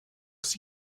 sie